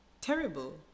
terrible